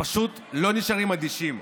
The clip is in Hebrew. פשוט לא נשארים אדישים,